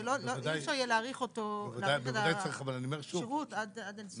אי אפשר להאריך את השירות עד אין סוף.